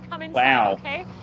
wow